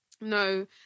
no